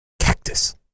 cactus